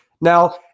Now